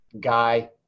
guy